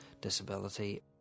disability